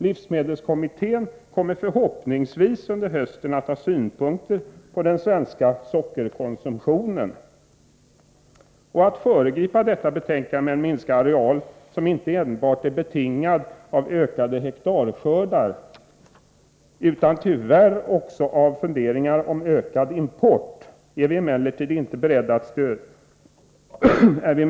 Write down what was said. Livsmedelskommittén kommer förhoppningsvis under hösten att ha synpunkter på den svenska sockerkonsumtionen. Att man skulle föregripa detta betänkande med en minskning av arealen, som inte enbart är betingad av ökade hektarskördar utan tyvärr också av funderingar på ökad import, är vi emellertid inte beredda att stödja.